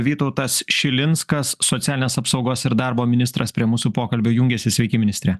vytautas šilinskas socialinės apsaugos ir darbo ministras prie mūsų pokalbio jungiasi sveiki ministre